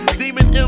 demon